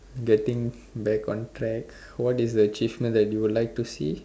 getting back on track what is the achievement that you would like to see